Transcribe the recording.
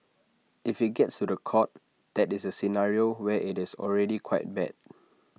if IT gets to The Court that is A scenario where IT is already quite bad